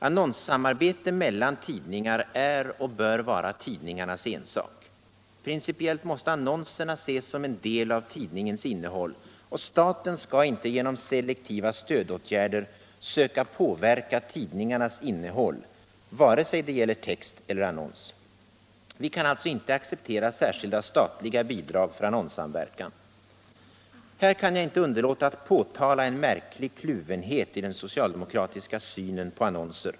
Annonssamarbete mellan tidningar är och bör vara tidningarnas ensak. Principiellt måste annonserna ses som en del av tidningens innehåll, och staten skall inte genom selektiva stödåtgärder söka påverka tidningarnas innehåll vare sig detta gäller text eller annons. Vi kan alltså inte acceptera särskilda statliga bidrag för annonssamverkan. Här kan jag inte underlåta att påtala en märklig kluvenhet i den socialdemokratiska synen på annonser.